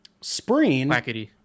Spring